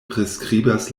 priskribas